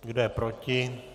Kdo je proti?